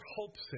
hopes